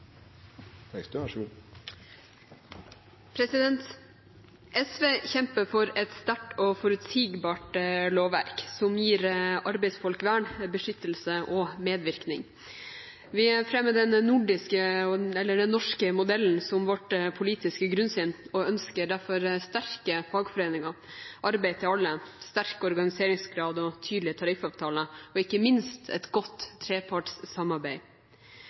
SV kjemper for et sterkt og forutsigbart lovverk som gir arbeidsfolk vern, beskyttelse og medvirkning. Vi fremmer den norske modellen som vårt politiske grunnsyn og ønsker derfor sterke fagforeninger, arbeid til alle, en sterk organiseringsgrad, tydelige tariffavtaler og ikke minst et godt trepartssamarbeid.